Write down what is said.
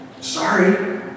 Sorry